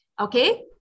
okay